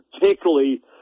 particularly